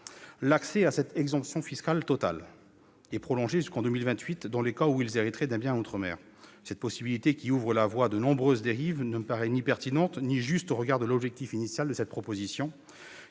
l'accès à cette exemption fiscale totale, prolongée jusqu'en 2028, dans le cas où ils hériteraient d'un bien en outre-mer. Cette possibilité, qui ouvre la voie à de nombreuses dérives, ne me paraît ni pertinente ni juste au regard de l'objectif initial, qui était